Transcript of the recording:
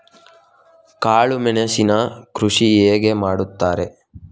ಕಾಳು ಮೆಣಸಿನ ಕೃಷಿ ಹೇಗೆ ಮಾಡುತ್ತಾರೆ?